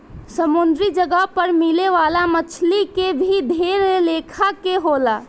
समुंद्री जगह पर मिले वाला मछली के भी ढेर लेखा के होले